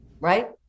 right